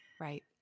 Right